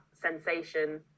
sensation